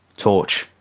torch.